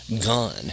gone